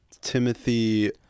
Timothy